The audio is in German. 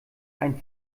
ein